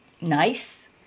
nice